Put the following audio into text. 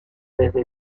desde